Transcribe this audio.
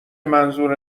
منظور